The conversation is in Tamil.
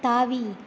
தாவி